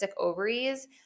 ovaries